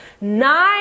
nine